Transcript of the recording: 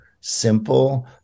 simple